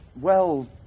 well.